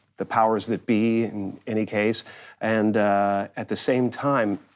the powers that be in any case and at the same time